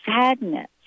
sadness